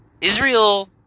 Israel